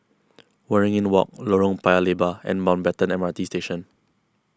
Waringin Walk Lorong Paya Lebar and Mountbatten M R T Station